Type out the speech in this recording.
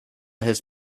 has